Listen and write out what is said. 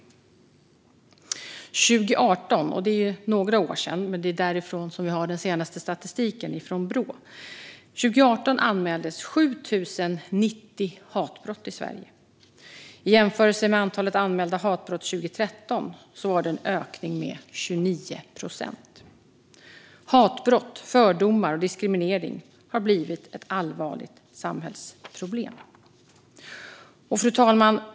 År 2018 - som är några år sedan, men det är från detta år som vi har den senaste statistiken från Brå - anmäldes 7 090 hatbrott i Sverige. I jämförelse med antalet anmälda hatbrott 2013 var det en ökning med 29 procent. Hatbrott, fördomar och diskriminering har blivit ett allvarligt samhällsproblem. Fru talman!